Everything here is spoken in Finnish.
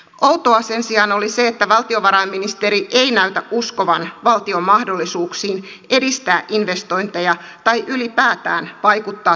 outoa sen sijaan oli se että valtiovarainministeri ei näytä uskovan valtion mahdollisuuksiin edistää investointeja tai ylipäätään vaikuttaa työllisyyteen